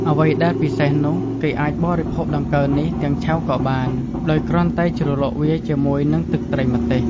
អ្វីដែលពិសេសនោះ គេអាចបរិភោគដង្កូវនេះទាំងឆៅក៏បាន ដោយគ្រាន់តែជ្រលក់វាជាមួយនឹងទឹកត្រីម្ទេស។